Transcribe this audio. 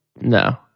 No